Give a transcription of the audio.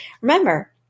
remember